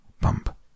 bump